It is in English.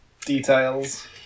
details